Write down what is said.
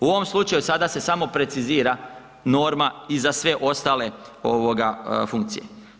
U ovom slučaju sada se samo precizira norma i za sve ostale ovoga funkcije.